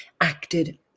acted